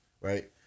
right